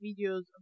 videos